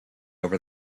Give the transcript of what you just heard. over